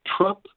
Trump